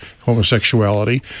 homosexuality